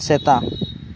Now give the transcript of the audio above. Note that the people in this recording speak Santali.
ᱥᱮᱛᱟ